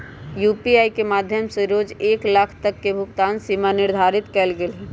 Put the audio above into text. UPI के माध्यम से रोज एक लाख तक के भुगतान सीमा निर्धारित कएल गेल हइ